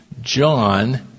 John